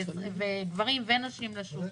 גברים ונשים לשוק,